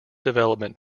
development